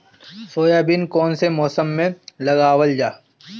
Soybean कौने मौसम में लगावल जा?